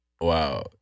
wow